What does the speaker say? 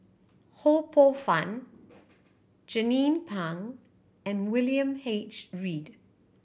Ho Poh Fun Jernnine Pang and William H Read